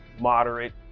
moderate